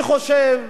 אני חושב,